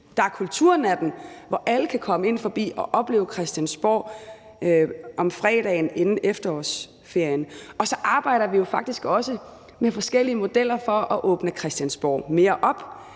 Der er kulturnatten, hvor alle kan komme ind forbi og opleve Christiansborg fredagen inden efterårsferien. Og så arbejder vi jo faktisk også med forskellige modeller for at åbne Christiansborg mere op